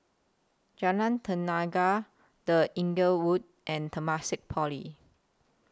Jalan Tenaga The Inglewood and Temasek Poly